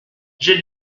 j’ai